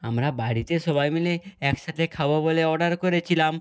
আমরা বাড়িতে সবাই মিলে একসাথে খাবো বলে অর্ডার করেছিলাম